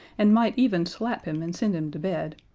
and might even slap him and send him to bed,